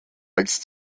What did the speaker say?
als